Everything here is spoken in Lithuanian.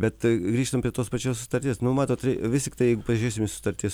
bet grįžtam prie tos pačios sutarties nu matot tai vis tiktai jeigu pažiūrėsim į sutarties